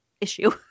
issue